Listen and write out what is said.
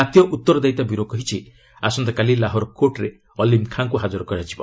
ଜାତୀୟ ଉତ୍ତରଦାୟିତା ବ୍ୟୁରୋ କହିଛି ଆସନ୍ତାକାଲି ଲାହୋର କୋର୍ଟରେ ଅଲ୍ଲୀମ୍ ଖାଁକୁ ହାଜର କରାଯିବ